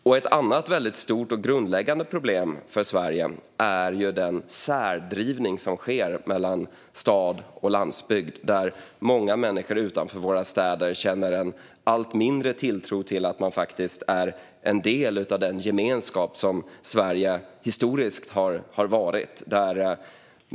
Ett annat stort och grundläggande problem för Sverige är den isärdrivning som sker mellan stad och landsbygd, där många människor utanför våra städer känner en allt mindre tilltro till att de är en del av den gemenskap som Sverige historiskt har varit.